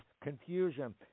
Confusion